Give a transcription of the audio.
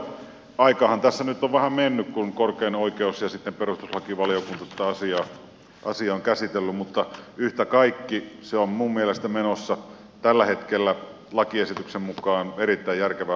aikaahan tässä nyt on vähän mennyt kun korkein oikeus ja sitten perustuslakivaliokunta tätä asiaa ovat käsitelleet mutta yhtä kaikki se on minun mielestäni menossa tällä hetkellä lakiesityksen mukaan erittäin järkevään ratkaisuun